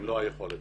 במלוא היכולת.